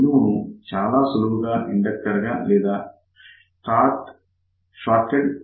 ఒక బిందువును చాలా సులువుగా ఇండక్టర్ గా లేదా షార్టడ్ స్టబ్ ద్వారా సూచించవచ్చు